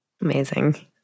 Amazing